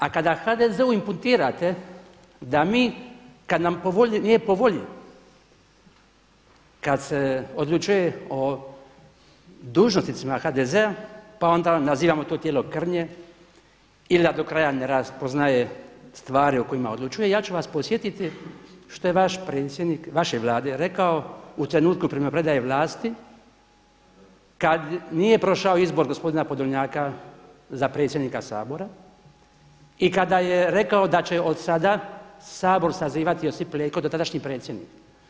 A kada HDZ-u imputirate da mi kada nam nije po volji kada se odlučuje o dužnosnicima HDZ-a pa onda nazivamo to tijelo krnje, ili da do kraja ne raspoznaje stvari o kojima odlučuje, ja ću vas podsjetiti što je vaš predsjednik vaše Vlade rekao u trenutku primopredaje vlasti kad nije prošao izbor gospodina Podolnjaka za predsjednika Sabora i kada je rekao da će od sada Sabor sazivati Josip Leko dotadašnji predsjednik.